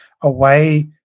away